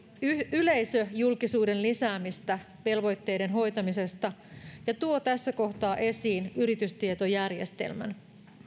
yleisöjulkisuuden lisäämistä velvoitteiden hoitamisesta ja tuo tässä kohtaa esiin yritystietojärjestelmän